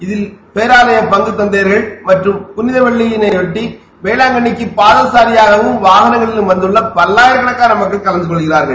இதில் போலய பங்கு தந்தையர்கள் மற்றும் புளித வெள்ளியய ஒட்டி வேளாங்கண்ணிக்கு பாத சாரியாகவும் வாகனங்களிலும் வந்துள்ள பல்வாயிரக்கணக்கான பக்தர்கள் கலந்தகொள்கிறார்கள்